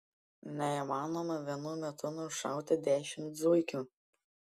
neįmanoma vienu metu nušauti dešimt zuikių